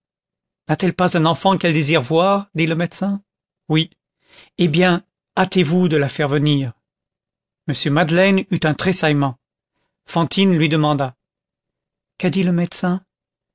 n'a-t-elle pas un enfant qu'elle désire voir dit le médecin oui eh bien hâtez-vous de le faire venir m madeleine eut un tressaillement fantine lui demanda qu'a dit le médecin